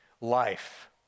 life